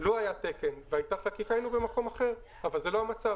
לו היה תקן והייתה חקיקה היינו במקום אחר אבל זה לא המצב.